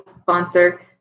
sponsor